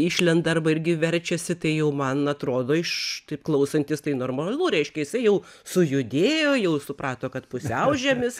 išlenda arba irgi verčiasi tai jau man atrodo iš taip klausantis tai normalu reiškia jisai jau sujudėjo jau suprato kad pusiaužiemis